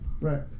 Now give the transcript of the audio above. Right